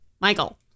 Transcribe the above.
Michael